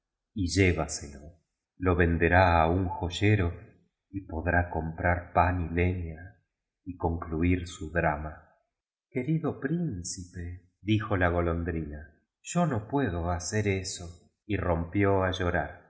y llévaselo lo venderá a un joyero y podrá comprar pan y leña y concluir su drama querido príncipe dijo la golondrina yo no puedo hacer eso y rompió a llorar